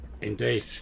indeed